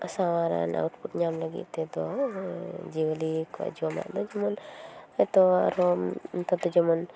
ᱥᱟᱣᱟᱨᱱᱟ ᱧᱟᱢ ᱞᱟᱹᱜᱤᱫ ᱛᱮᱫᱚ ᱡᱤᱭᱟᱹᱞᱤ ᱠᱚᱣᱟᱜ ᱡᱚᱢᱟᱜ ᱫᱚ ᱡᱮᱢᱚᱱ ᱦᱚᱭᱛᱚ ᱟᱨᱚ ᱱᱮᱛᱟᱨ ᱫᱚ ᱡᱮᱢᱚᱱ